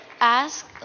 ask